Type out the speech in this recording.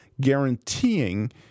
guaranteeing